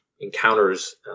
encounters